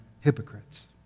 hypocrites